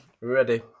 ready